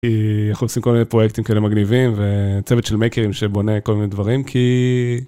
איך עושים כל מיני פרויקטים כאלה מגניבים וצוות של מקרים שבונה כל מיני דברים כי.